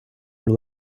were